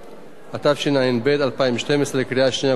התשע"ב 2012, לקריאה שנייה ולקריאה שלישית.